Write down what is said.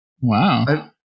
Wow